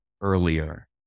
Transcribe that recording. earlier